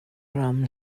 ram